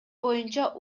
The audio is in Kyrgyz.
боюнча